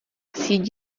síť